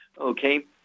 Okay